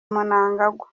mnangagwa